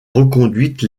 reconduite